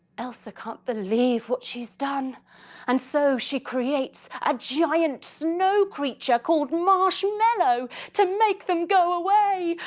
elsa can't believe what she's done and so she creates a giant snow creature called marshmallow to make them go away.